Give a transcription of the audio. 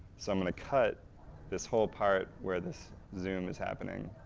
so i'm going to cut this whole part where this zoom is happening.